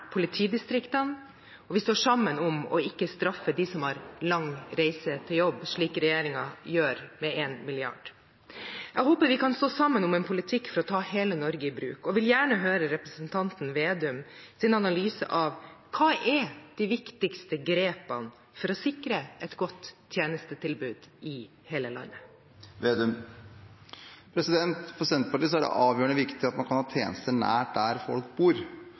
politidistriktene, og vi står sammen om ikke å straffe dem som har lang reise til jobb – slik regjeringen gjør – med 1 mrd. kr. Jeg håper vi kan stå sammen om en politikk for å ta hele Norge i bruk og vil gjerne høre representanten Slagsvold Vedums analyse av hva som er de viktigste grepene for å sikre et godt tjenestetilbud i hele landet. For Senterpartiet er det avgjørende viktig at man kan ha tjenester nær der folk bor.